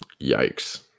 Yikes